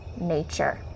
nature